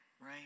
right